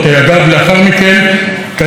קיים חוק במדינת ישראל שאסור,